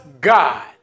God